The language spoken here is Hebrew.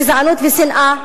גזענות ושנאה,